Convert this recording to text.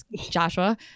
Joshua